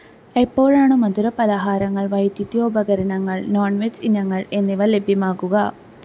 എപ്പോഴാണ് മധുരപലഹാരങ്ങൾ വൈദ്യുതോപകരണങ്ങൾ നോൺ വെജ് ഇനങ്ങൾ എന്നിവ ലഭ്യമാക്കുകാ